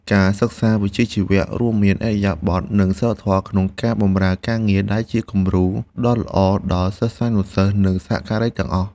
ការសិក្សាវិជ្ជាជីវៈរួមមានឥរិយាបថនិងសីលធម៌ក្នុងការបម្រើការងារដែលជាគំរូដ៏ល្អដល់សិស្សានុសិស្សនិងសហការីទាំងអស់។